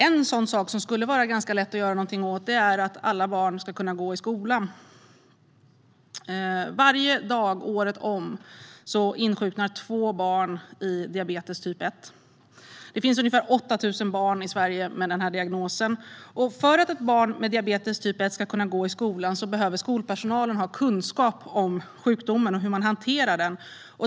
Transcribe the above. En sak som skulle vara ganska lätt att göra något åt är att alla barn ska kunna gå i skolan. Varje dag, året om, insjuknar två barn i diabetes typ 1. Det finns ungefär 8 000 barn i Sverige med den diagnosen. För att ett barn med diabetes typ 1 ska kunna gå i skolan behöver skolpersonalen ha kunskap om sjukdomen och hur man hanterar den.